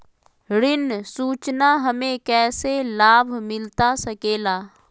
ऋण सूचना हमें कैसे लाभ मिलता सके ला?